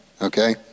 okay